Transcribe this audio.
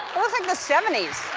looks like the seventy s.